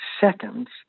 seconds